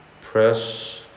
press